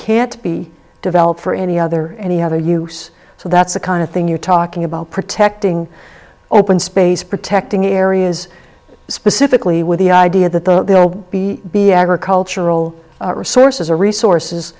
can't be we develop for any other any other use so that's the kind of thing you're talking about protecting open space protecting areas specifically with the idea that there will be be agricultural resources or resources